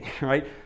right